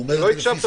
בפנים.